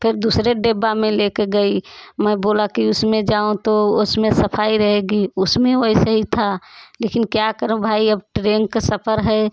फिर दूसरे डिब्बा में ले के गई मैं बोला कि उसमें जाऊँ तो उसमें सफाई रहेगी उसमें वैसे ही था लेकिन क्या करूँ भाई अब ट्रेन के सफर है